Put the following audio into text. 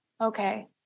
okay